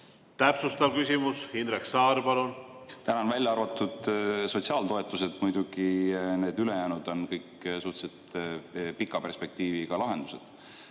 Täpsustav küsimus. Indrek Saar, palun! Tänan! Välja arvatud sotsiaaltoetused on need ülejäänud muidugi kõik suhteliselt pika perspektiiviga lahendused.